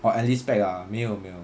or alice pack ah 没有没有